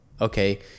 okay